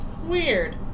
Weird